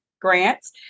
grants